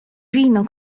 wino